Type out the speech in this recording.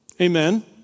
Amen